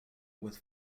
with